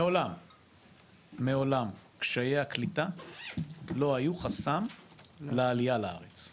מעולם קשיי הקליטה לא היו חסם לעלייה לארץ,